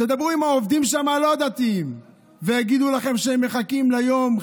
תדברו עם העובדים הלא-דתיים שם והם יגידו לכם שהם מחכים ליום,